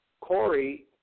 Corey